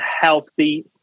healthy